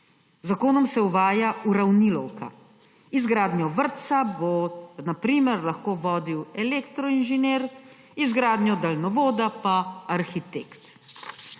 zakonom se uvaja uravnilovka, izgradnjo vrtca bo na primer lahko vodil elektroinženir, izgradnjo daljnovoda pa arhitekt.